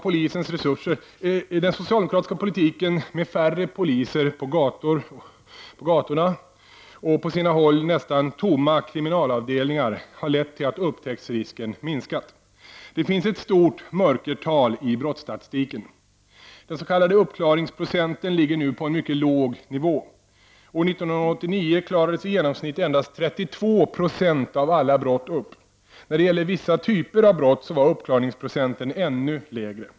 Den socialdemokratiska politiken med färre poliser på gatorna och på sina håll nästan tomma kriminalavdelningar har lett till att upptäcktsrisken minskat. Det finns ett stort mörkertal i brottsstatistiken. Den s.k. uppklaringsprocenten ligger nu på en mycket låg nivå. År 1989 klarades i genomsnitt endast 32 % av alla brott upp. När det gäller vissa typer av brott var uppklaringsprocenten ännu lägre.